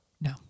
No